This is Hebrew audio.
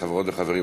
חברות וחברים,